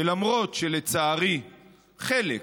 למרות שלצערי חלק,